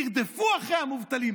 ירדפו אחרי המובטלים.